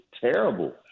terrible